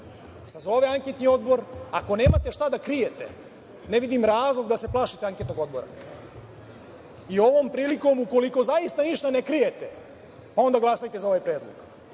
sazove Anketni odbor. Ako nemate šta da krijete, ne vidim razloga da se plašite Anketnog odbora i ovom prilikom ukoliko zaista ništa ne krijete, onda glasajte za ovaj predlog.